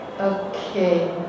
Okay